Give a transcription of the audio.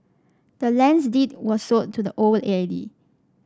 the land's deed was sold to the old lady